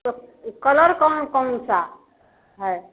तो कलर कौन कौन सा है